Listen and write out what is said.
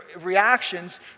reactions